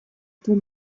этого